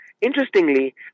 Interestingly